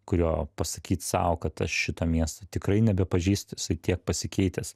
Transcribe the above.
kurio pasakyt sau kad aš šito miesto tikrai nebepažįstu jisai tiek pasikeitęs